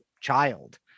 child